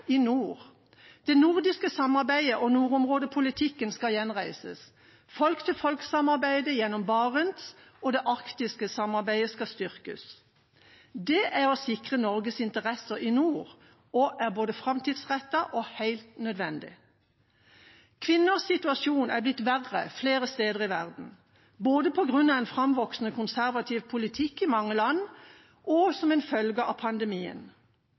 i nord. Det nordiske samarbeidet og nordområdepolitikken skal gjenreises. Folk-til-folk-samarbeidet gjennom Barentssamarbeidet og det arktiske samarbeidet skal styrkes. Det er å sikre Norges interesser i nord og er både framtidsrettet og helt nødvendig. Kvinners situasjon er blitt verre flere steder i verden både på grunn av en framvoksende konservativ politikk i mange land og som en følge av pandemien.